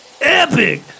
Epic